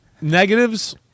negatives